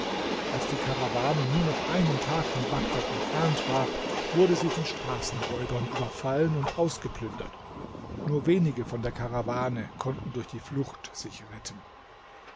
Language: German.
als die karawane nur noch einen tag von bagdad entfernt war wurde sie von straßenräubern überfallen und ausgeplündert nur wenige von der karawane konnten durch die flucht sich retten